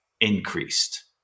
increased